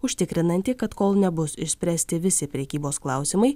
užtikrinantį kad kol nebus išspręsti visi prekybos klausimai